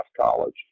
College